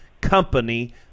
company